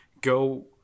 go